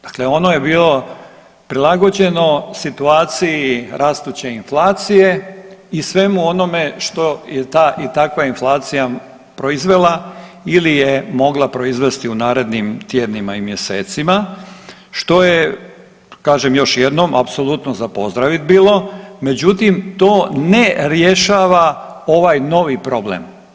Dakle, ono je bilo prilagođeno situaciji rastuće inflacije i svemu onome što je ta i takva inflacija proizvela ili je mogla proizvesti u narednim tjednima i mjesecima što je kažem još jednom apsolutno za pozdravit bilo, međutim to ne rješava ovaj novi problem.